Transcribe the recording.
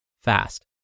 fast